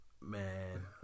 Man